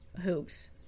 hoops